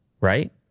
Right